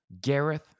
Gareth